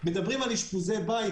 מדברים על אשפוזי בית,